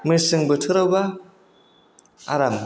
मेसें बोथोराव बा आराम